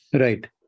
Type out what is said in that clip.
Right